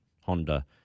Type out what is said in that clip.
Honda